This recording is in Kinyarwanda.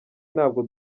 ntabwo